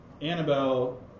Annabelle